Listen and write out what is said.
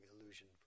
illusion